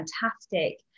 fantastic